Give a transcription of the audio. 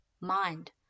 mind